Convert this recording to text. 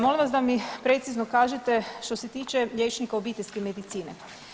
Molim vas da mi precizno kažete što se tiče liječnika obiteljske medicine.